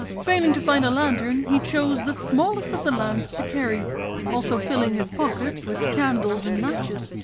failing to find a lantern, he chose the smallest of the lamps to carry also filling his pockets with candles and matches,